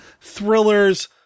thrillers